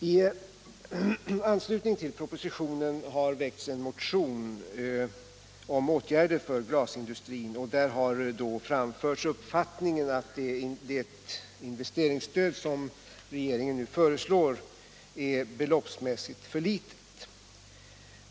I anslutning till propositionen har väckts en motion om åtgärder för glasindustrin där man framfört uppfattningen att det investeringsstöd som regeringen nu föreslår beloppsmässigt är för litet.